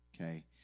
Okay